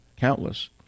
Countless